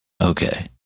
Okay